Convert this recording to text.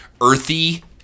earthy